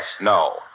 No